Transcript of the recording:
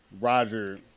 Roger